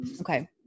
Okay